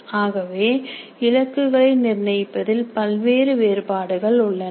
ஆகவே இலக்குகளை நிர்ணயிப்பதில் பல்வேறு வேறுபாடுகள் உள்ளன